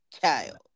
child